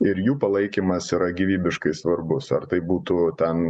ir jų palaikymas yra gyvybiškai svarbus ar tai būtų ten